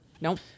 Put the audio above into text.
Nope